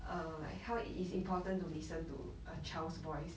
err like how it is important to listen to a child's voice